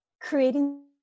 creating